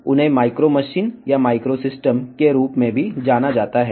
వాటిని మైక్రో మెషీన్లు లేదా మైక్రో సిస్టమ్స్ అని కూడా అంటారు